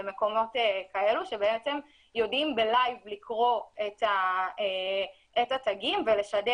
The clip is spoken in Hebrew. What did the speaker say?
במקומות כאלו שבעצם יודעים בלייב לקרוא את התגים ולשדר